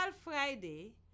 Friday